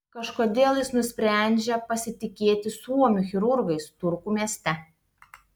kažkodėl jis nusprendžia pasitikėti suomių chirurgais turku mieste